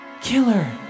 Killer